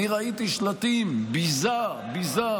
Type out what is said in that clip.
אני ראיתי שלטים: ביזה, ביזה.